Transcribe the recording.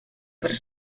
per